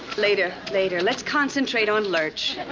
later, later. let's concentrate on lurch.